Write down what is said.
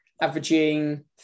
averaging